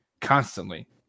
constantly